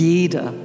Jeder